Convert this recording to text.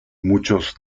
muchos